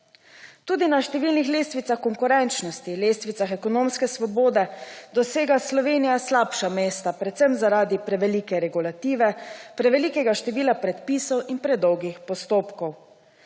Tudi na številnih lestvicah konkurenčnosti, lestvicah ekonomske svobode dosega Slovenija slabša mesta predvsem zaradi prevelike regulative, prevelikega števila predpisov in predolgih postopkov.